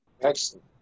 Excellent